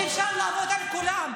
שאפשר לעבוד על כולם.